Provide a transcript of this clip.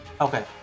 Okay